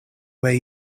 where